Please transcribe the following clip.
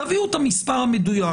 תביאו את המספר המדויק.